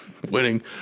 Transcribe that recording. Winning